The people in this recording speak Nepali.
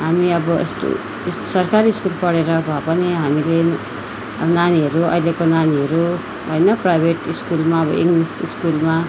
हामी अब यस्तो सरकारी स्कुल पढेर भए पनि हामीले नानीहरू अहिलेको नानीहरू होइन प्राइभेट स्कुलमा अब इङ्ग्लिस स्कुलमा